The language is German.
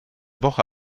woche